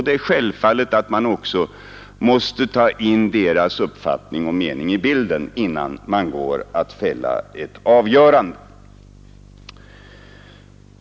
Det är självfallet att man också måste ta in deras uppfattning och mening i bilden innan man går att fälla ett avgörande.